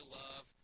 love